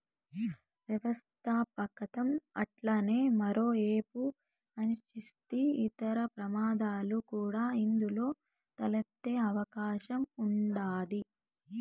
వ్యవస్థాపకతం అట్లనే మరో ఏపు అనిశ్చితి, ఇతర ప్రమాదాలు కూడా ఇందులో తలెత్తే అవకాశం ఉండాది